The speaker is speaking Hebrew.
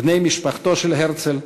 בני משפחתו של הרצל,